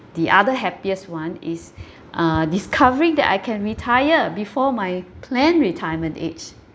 the other happiest one is uh discovering that I can retire before my planned retirement age